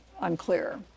unclear